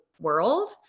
world